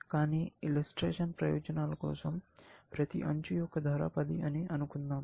కానీ ఇలస్ట్రేషన్ ప్రయోజనాల కోసం ప్రతి అంచు యొక్క ధర 10 అని అనుకుందాము